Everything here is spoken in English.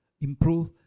improve